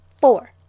Four